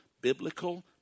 biblical